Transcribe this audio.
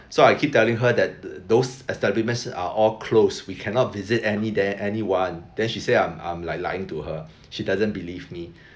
so I keep telling her that those establishments are all closed we cannot visit any there anyone then she said I'm I'm like lying to her she doesn't believe me